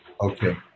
Okay